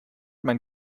mein